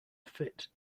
fit